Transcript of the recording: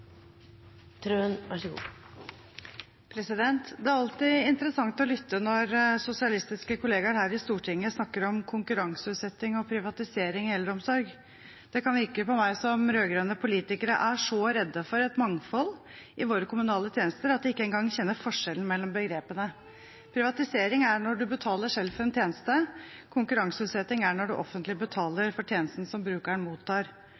alltid interessant å lytte når sosialistiske kollegaer her i Stortinget snakker om konkurranseutsetting og privatisering innenfor eldreomsorgen. Det kan virke på meg som om rød-grønne politikere er så redde for et mangfold i våre kommunale tjenester at de ikke engang kjenner forskjellen mellom begrepene. Privatisering er når du betaler selv for en tjeneste, konkurranseutsetting er når det offentlige betaler for tjenesten som brukeren mottar.